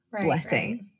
blessing